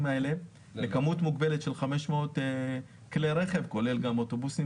האלה לכמות מוגבלת של 500 כלי רכב כולל גם אוטובוסים